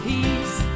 Peace